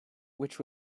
which